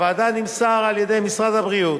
לוועדה נמסר על-ידי משרד הבריאות,